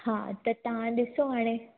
हा त तव्हां ॾिसो हाणे